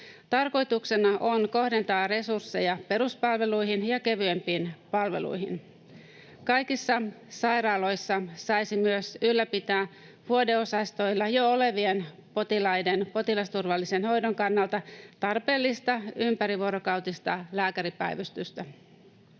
Tarkoituksena on kohdentaa resursseja peruspalveluihin ja kevyempiin palveluihin. Kaikissa sairaaloissa saisi myös ylläpitää vuodeosastoilla jo olevien potilaiden potilasturvallisen hoidon kannalta tarpeellista ympärivuorokautista lääkäripäivystystä.